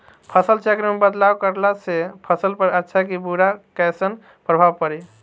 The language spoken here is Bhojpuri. फसल चक्र मे बदलाव करला से फसल पर अच्छा की बुरा कैसन प्रभाव पड़ी?